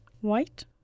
white